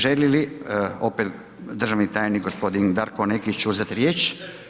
Želi li opet državni tajnik gospodin Darko Nekić uzeti riječ?